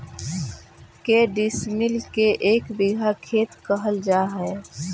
के डिसमिल के एक बिघा खेत कहल जा है?